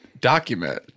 document